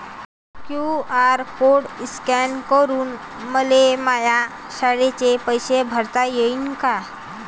QR code scan करून मले माया शाळेचे पैसे भरता येईन का?